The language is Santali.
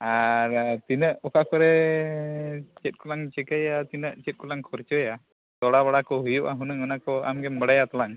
ᱟᱨ ᱛᱤᱱᱟᱹᱜ ᱚᱠᱟ ᱠᱚᱨᱮᱜ ᱪᱮᱫ ᱠᱚᱞᱟᱝ ᱪᱤᱠᱟᱹᱭᱟ ᱛᱤᱱᱟᱹᱜ ᱪᱮᱫ ᱠᱚᱞᱟᱝ ᱠᱷᱚᱨᱪᱟᱭᱟ ᱛᱚᱲᱟ ᱵᱟᱲᱟ ᱠᱚ ᱦᱩᱭᱩᱜᱼᱟ ᱦᱩᱱᱟᱹᱜ ᱚᱱᱟ ᱠᱚ ᱟᱢ ᱜᱮᱢ ᱵᱟᱲᱟᱭᱟ ᱛᱟᱞᱟᱝ